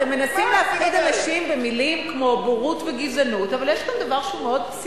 אתם מנסים להפחיד אנשים במלים, מה את מדברת?